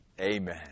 Amen